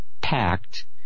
packed